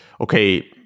okay